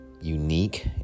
unique